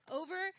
over